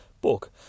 book